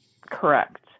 Correct